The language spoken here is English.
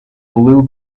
blue